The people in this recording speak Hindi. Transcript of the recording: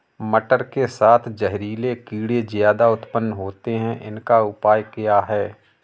मटर के साथ जहरीले कीड़े ज्यादा उत्पन्न होते हैं इनका उपाय क्या है?